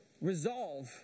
resolve